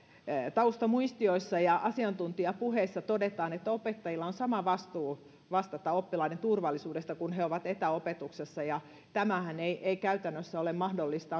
taustamuistioissa ja asiantuntijapuheissa todetaan että opettajilla on sama vastuu vastata oppilaiden turvallisuudesta kun he ovat etäopetuksessa ja tämähän ei ei käytännössä ole mahdollista